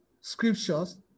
scriptures